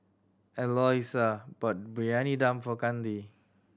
Eloisa bought Briyani Dum for Kandy